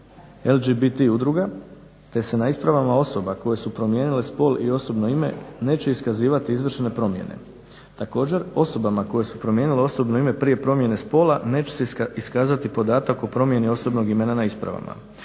LGBT udruga te se na ispravama osoba koje su promijenile spol i osobno ime neće iskazivati izvršene promjene. Također, osobama koje su promijenile osobno ime prije promjene spola neće se iskazati podatak o promjeni osobnog imena na ispravama.